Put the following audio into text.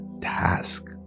task